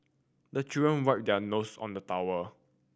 the children wipe their nose on the towel